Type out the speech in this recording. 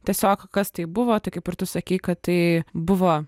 tiesiog kas tai buvo tai kaip ir tu sakei kad tai buvo